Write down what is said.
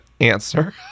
answer